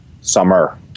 Summer